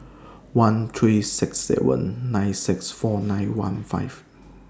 one three six seven nine six four nine one five